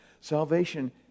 Salvation